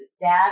dad